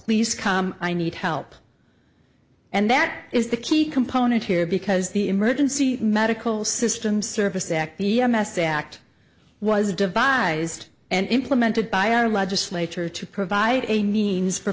please come i need help and that is the key component here because the emergency medical system services act the m s a act was devised and implemented by our legislature to provide a means for